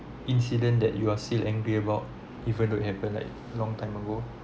incident that you are still angry about even though it happened like long time ago